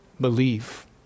believe